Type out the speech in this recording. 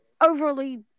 overly